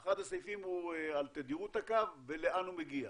אחד הסעיפים הוא על תדירות הקו ולאן הוא מגיע.